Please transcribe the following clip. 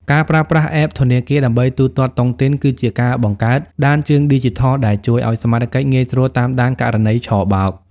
ការប្រើប្រាស់ App ធនាគារដើម្បីទូទាត់តុងទីន គឺជាការបង្កើត "ដានជើងឌីជីថល" ដែលជួយឱ្យសមត្ថកិច្ចងាយស្រួលតាមដានករណីឆបោក។